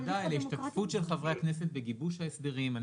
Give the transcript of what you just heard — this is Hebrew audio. -- של חברי הכנסת בגיבוש ההסדרים.